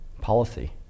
policy